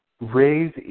raise